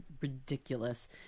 ridiculous